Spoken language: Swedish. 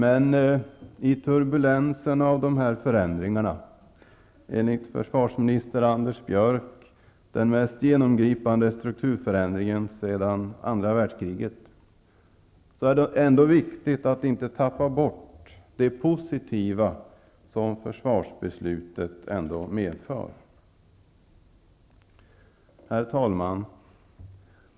I turbulensen som följer av dessa förändringar -- enligt försvarsminister Anders Björck ''den mest genomgripande strukturförändringen sedan andra världskriget'' -- är det ändå viktigt att inte tappa bort det positiva som försvarsbeslutet också medför. Herr talman!